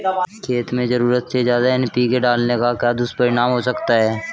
खेत में ज़रूरत से ज्यादा एन.पी.के डालने का क्या दुष्परिणाम हो सकता है?